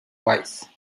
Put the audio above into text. wise